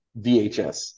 VHS